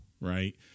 right